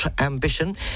ambition